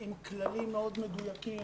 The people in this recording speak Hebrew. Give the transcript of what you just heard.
עם כללים מאוד מדויקים,